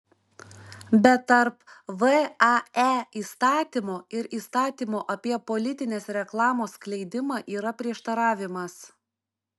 bet tarp vae įstatymo ir įstatymo apie politinės reklamos skleidimą yra prieštaravimas